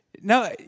No